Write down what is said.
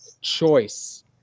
choice